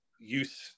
use